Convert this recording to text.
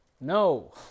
no